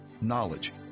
knowledge